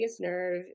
nerve